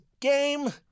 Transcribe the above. game